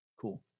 Cool